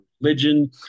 Religion